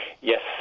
Yes